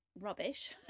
rubbish